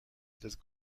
tres